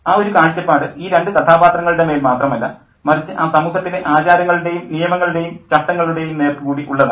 ആ ഒരു കാഴ്ചപ്പാട് ഈ രണ്ടു കഥാപാത്രങ്ങളുടെ മേൽ മാത്രമല്ല മറിച്ച് ആ സമൂഹത്തിലെ ആചാരങ്ങളുടേയും നിയമങ്ങളുടേയും ചട്ടങ്ങളുടേയും നേർക്ക് കൂടി ഉള്ളതാണ്